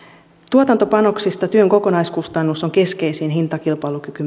tuotantopanoksista työn kokonaiskustannus on keskeisin hintakilpailukykymme määrittäjä professori